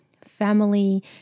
family